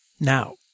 Now